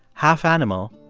half animal,